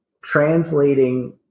translating